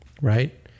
right